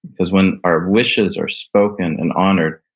because when our wishes are spoken and honored,